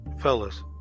Fellas